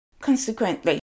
Consequently